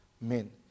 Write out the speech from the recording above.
men